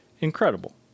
incredible